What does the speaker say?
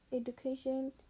education